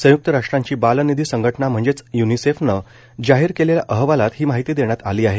संयुक्त राष्ट्रांची बालनिधी संघटना म्हणजेच यूनिसेफने जाहीर केलेल्या अहवालात ही माहिती देण्यात आली आहे